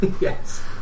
Yes